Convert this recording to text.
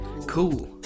Cool